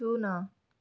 ଶୂନ